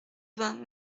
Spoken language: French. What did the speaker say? vingt